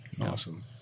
Awesome